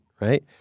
Right